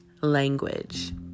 language